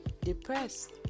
depressed